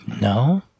no